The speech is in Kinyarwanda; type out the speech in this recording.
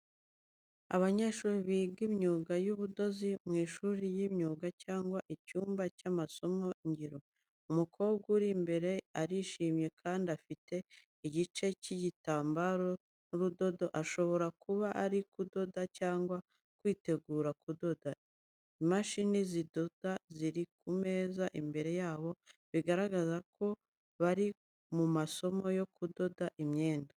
Abanyeshuri biga imyuga y'ubudozi mu ishuri ry’imyuga cyangwa icyumba cy’amasomo ngiro. Umukobwa uri imbere arishimye kandi afite igice cy'igitambaro n'urudodo, ashobora kuba ari kudoda cyangwa kwitegura kudoda. Imashini zidoda ziri ku meza imbere yabo, bigaragaza ko bari mu masomo yo kudoda imyenda.